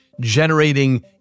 generating